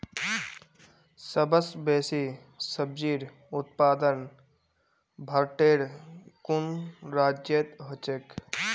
सबस बेसी सब्जिर उत्पादन भारटेर कुन राज्यत ह छेक